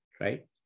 right